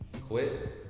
Quit